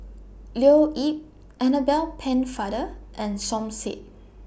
Leo Yip Annabel Pennefather and Som Said